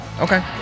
Okay